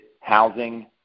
housing